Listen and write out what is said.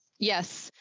yes.